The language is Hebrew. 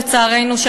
לצערנו,